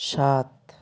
সাত